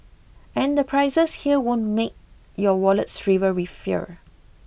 and the prices here won't make your wallet shrivel with fear